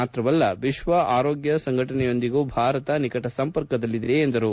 ಮಾತ್ರವಲ್ಲ ವಿಶ್ವ ಆರೋಗ್ಯ ಸಂಘಟನೆಯೊಂದಿಗೂ ಭಾರತ ನಿಕಟ ಸಂಪರ್ಕದಲ್ಲಿದೆ ಎಂದರು